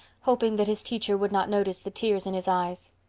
hoping that his teacher would not notice the tears in his eyes.